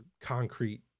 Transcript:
concrete